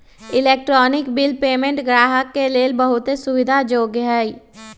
electronic bill payment गाहक के लेल बहुते सुविधा जोग्य होइ छइ